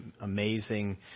amazing